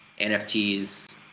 NFTs